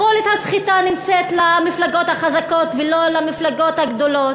יכולת הסחיטה נמצאת במפלגות החזקות ובמפלגות הגדולות.